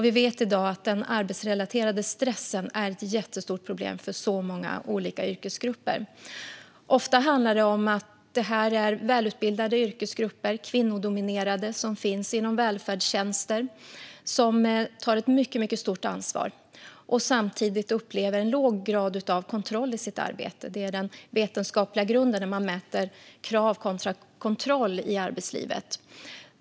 Vi vet i dag att den arbetsrelaterade stressen är ett jättestort problem för många olika yrkesgrupper. Ofta handlar det om välutbildade, kvinnodominerade yrkesgrupper inom välfärdstjänster, där man tar ett mycket stort ansvar och samtidigt upplever en låg grad av kontroll över sitt arbete. Det är den vetenskapliga grunden när man mäter krav kontra kontroll i arbetslivet.